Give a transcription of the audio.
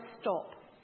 stop